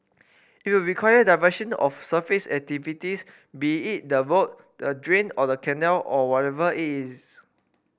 it will require diversion of surface activities be it the road the drain or the canal or whatever is